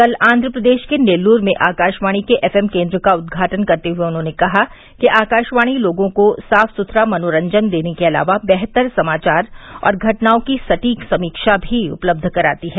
कल आंध्र प्रदेश के नेल्लूर में आकाशवाणी के एफ एम केन्द्र का उद्घाटन करते हुए उन्होंने कहा कि आकाशवाणी लोगों को साफ सुथरा मनोरंजन देने के अलावा बेहतर समाचार और घटनाओं की सटीक समीक्षा भी उपलब्ध कराती है